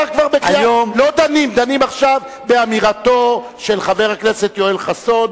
דנים עכשיו באמירתו של חבר הכנסת יואל חסון,